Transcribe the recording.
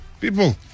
people